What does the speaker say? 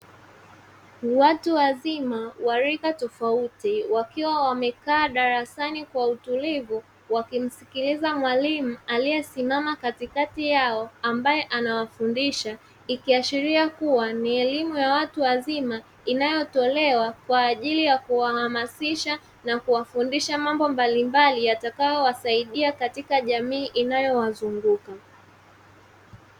Watu wazima wa rika tofauti wakiwa wamekaa darasani kwa utulivu, wakimsikiliza mwalimu aliyesimama katikati yao ambaye anawafundisha, ikiashiria kuwa ni elimu ya watu wazima inayotolewa kwa ajili ya kuwahamasisha na kuwafundisha mambo mbalimbali yatakaowasaidia katika jamii inayowazunguka.